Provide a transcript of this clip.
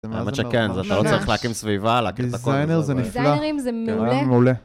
האמת שכן, אתה לא צריך להקים סביבה, להקים את הכל. - דיזיינר זה נפלא. - דיזיינרים זה מעולה. - מעולה.